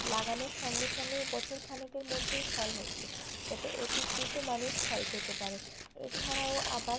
লাগানোর সঙ্গে সঙ্গেই বছর খানেকের মধ্যেই ফল হচ্ছে যাতে অতি দ্রুত মানুষ ফল খেতে পারে এছাড়াও আবার